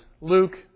Luke